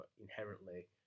inherently